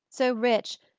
so rich,